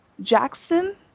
Jackson